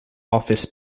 office